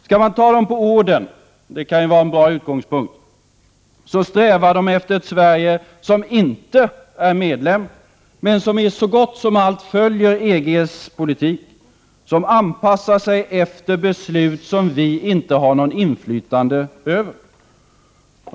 Skall man ta socialdemokraterna på orden, och det kan ju vara en bra utgångspunkt, så strävar de efter ett Sverige som inte är medlem men som i så gott som allt följer EG:s politik, som anpassar sig efter beslut som vi inte har något inflytande över.